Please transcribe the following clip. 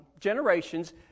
generations